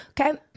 Okay